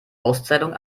auszählung